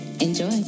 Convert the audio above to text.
Enjoy